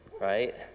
right